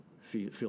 feel